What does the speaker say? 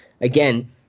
again